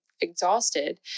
exhausted